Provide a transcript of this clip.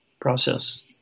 process